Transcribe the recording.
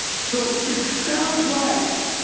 so it sounds right.